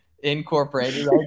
incorporated